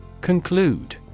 Conclude